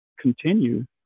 continue